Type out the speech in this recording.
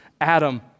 Adam